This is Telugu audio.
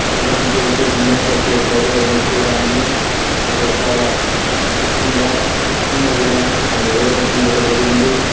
పరిపాలన చేసి దండయాత్ర చేశాడు అనేసి కూడ ఆమె ఆమె కూడ చాలా పటిష్టంగా క్లుప్తంగా కూడ ఆమె వివరించడం కూడ జరిగింది